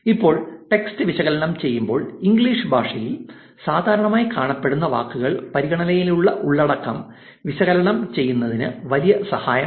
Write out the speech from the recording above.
ഇപ്പോൾ ടെക്സ്റ്റ് വിശകലനം ചെയ്യുമ്പോൾ ഇംഗ്ലീഷ് ഭാഷയിൽ സാധാരണയായി കാണപ്പെടുന്ന വാക്കുകൾ പരിഗണനയിലുള്ള ഉള്ളടക്കം വിശകലനം ചെയ്യുന്നതിന് വലിയ സഹായമല്ല